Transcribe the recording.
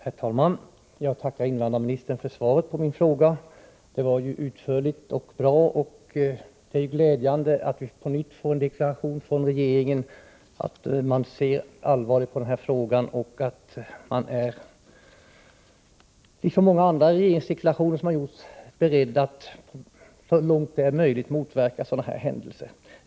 Herr talman! Jag tackar invandrarministern för svaret på min fråga. Det var ju utförligt och bra. Det är glädjande att vi på nytt fått en deklaration från regeringen att man ser allvarligt på den här saken och att man, liksom framhållits i många andra regeringsdeklarationer som gjorts, är beredd att så långt möjligt motverka sådana här händelser.